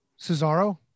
Cesaro